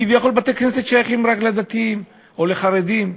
כביכול בתי-כנסת שייכים רק לדתיים או לחרדים.